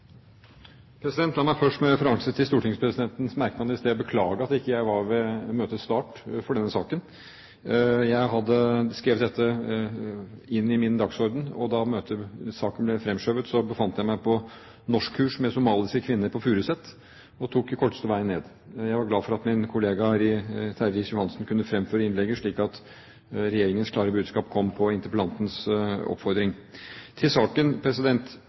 sted, beklage at jeg ikke var her ved starten av denne saken. Jeg hadde skrevet dette inn i min dagsorden, og da saken ble fremskjøvet, befant jeg meg på norskkurs med somaliske kvinner på Furuset, og tok korteste veien ned. Jeg var glad for at min kollega Terje Riis-Johansen kunne fremføre innlegget, slik at regjeringens klare budskap kom på interpellantens oppfordring. Til saken: